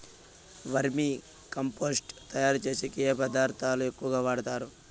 వర్మి compost తయారుచేసేకి ఏ పదార్థాలు ఎక్కువగా వాడుతారు